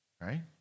right